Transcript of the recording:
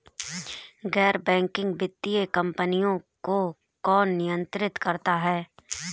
गैर बैंकिंग वित्तीय कंपनियों को कौन नियंत्रित करता है?